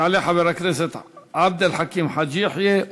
יעלה חבר הכנסת עבד אל חכים חאג' יחיא,